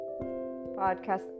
podcast